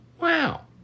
Wow